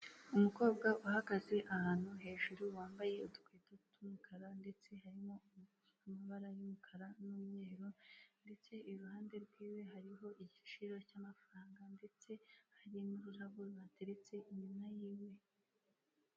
U Rwanda rufite intego yo kongera umukamo n'ibikomoka ku matungo, niyo mpamvu amata bayakusanyiriza hamwe, bakayazana muri kigali kugira ngo agurishwe ameze neza yujuje ubuziranenge.